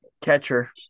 Catcher